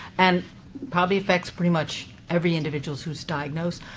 and probably affects pretty much every individual who's diagnosed.